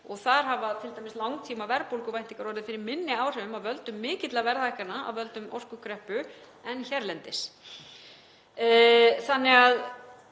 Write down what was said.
og þar hafa t.d. langtímaverðbólguvæntingar orðið fyrir minni áhrifum af völdum mikilla verðhækkana af völdum orkukreppu en hérlendis, þannig að